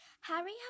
Harry